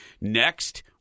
Next